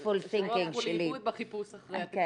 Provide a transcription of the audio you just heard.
את המעקב אחר יישום התכנית ואני אציג